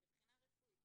מבחינה רפואית,